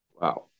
Wow